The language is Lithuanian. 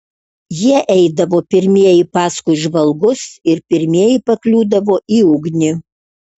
jie eidavo pirmieji paskui žvalgus ir pirmieji pakliūdavo į ugnį